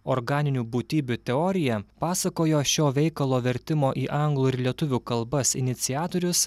organinių būtybių teorija pasakojo šio veikalo vertimo į anglų ir lietuvių kalbas iniciatorius